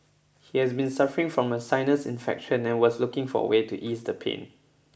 he has been suffering from a sinus infection and was looking for way to ease the pain